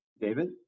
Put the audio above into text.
David